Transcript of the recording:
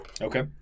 Okay